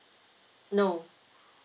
no